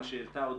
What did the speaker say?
מה שהעלה אודליה,